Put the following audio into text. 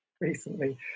recently